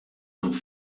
noch